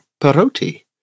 Paroti